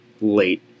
late